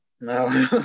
No